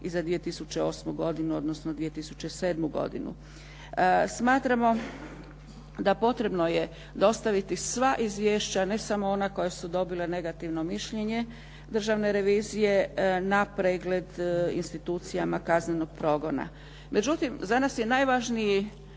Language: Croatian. i za 2008. godinu, odnosno 2007. godinu. Smatramo da potrebno je dostaviti sva izvješća, ne samo ona koja su dobila negativno mišljenje Državne revizije, na pregled institucijama kaznenog programa. Međutim, za nas je najvažniji